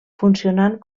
funcionant